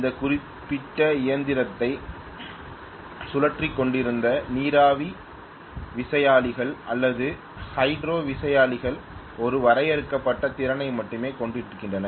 இந்த குறிப்பிட்ட இயந்திரத்தை சுழற்றிக் கொண்டிருந்த நீராவி விசையாழிகள் அல்லது ஹைட்ரோ விசையாழிகள் ஒரு வரையறுக்கப்பட்ட திறனை மட்டுமே கொண்டிருக்கின்றன